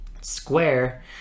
square